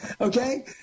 okay